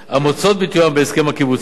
המוצאות ביטוין בהסכם הקיבוצי,